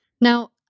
Now